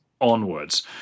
onwards